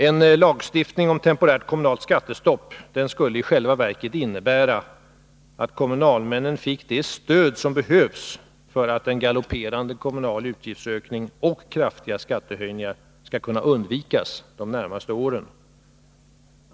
En lagstiftning om temporärt skattestopp skulle i själva verket innebära att kommunalmännen fick det stöd som behövs för att en galopperande kommunal utgiftsökning och kraftiga skattehöjningar skall kunna undvikas under de närmaste åren.